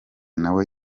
nawe